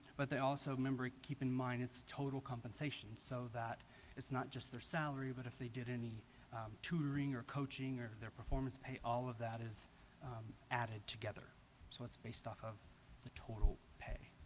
but they also remember keep in mind its total compensation so that it's not just their salary, but if they did any tutoring or coaching or their performance pay all of that is added together so it's based off of the total pay